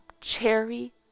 cherry